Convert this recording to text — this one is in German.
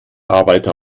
arbeiter